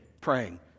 praying